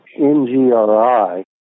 NGRI